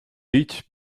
ditg